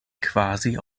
quasi